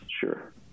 Sure